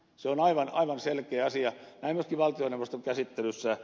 se on aivan selkeä asia